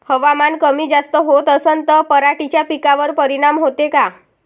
हवामान कमी जास्त होत असन त पराटीच्या पिकावर परिनाम होते का?